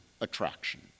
attraction